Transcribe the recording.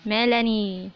Melanie